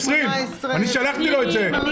20. לא